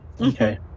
Okay